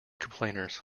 complainers